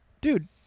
dude